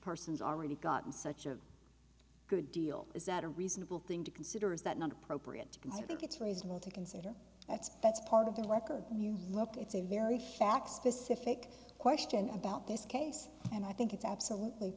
person's already gotten such a good deal is that a reasonable thing to consider is that not appropriate do you think it's reasonable to consider that that's part of the record music it's a very fact specific question about this case and i think it's absolutely